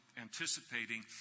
anticipating